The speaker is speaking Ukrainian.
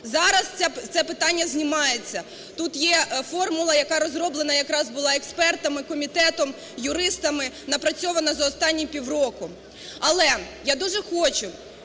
Зараз це питання знімається. Тут є формула, яка розроблена якраз була експертами, комітетом, юристами, напрацьована за останні півроку. Але я дуже хочу,